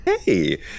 hey